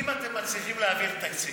אם אתם מצליחים להעביר תקציב,